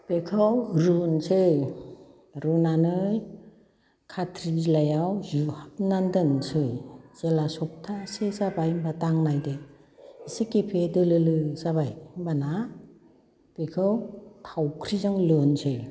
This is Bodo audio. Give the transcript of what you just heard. बेखौ रुनोसै रुनानै खाथ्रि बिलाइयाव जुहाबनानै दोनसै जेब्ला सप्तासे जाबाय होनबा दांनायदो एसे गेफे दोलो लो जाबाय होनबाना बेखौ थावख्रिजों लुनोसै